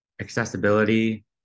accessibility